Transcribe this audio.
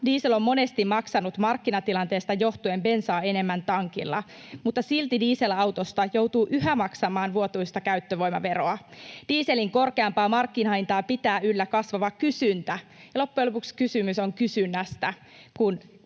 Diesel on monesti maksanut markkinatilanteesta johtuen bensaa enemmän tankilla, mutta silti dieselautosta joutuu yhä maksamaan vuotuista käyttövoimaveroa. Dieselin korkeampaa markkinahintaa pitää yllä kasvava kysyntä, ja loppujen lopuksi kysymys on kysynnästä,